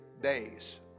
days